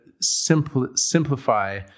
simplify